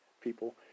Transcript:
people